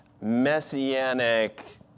messianic